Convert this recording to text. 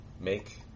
make